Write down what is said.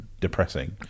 depressing